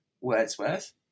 Wordsworth